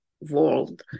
world